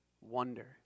wonder